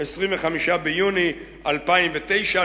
25 ביוני 2009,